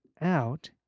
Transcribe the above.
out